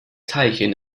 teilchen